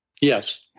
Yes